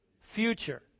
future